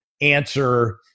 answer